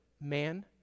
man